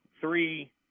three